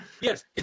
Yes